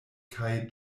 kaj